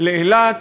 לאילת,